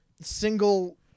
single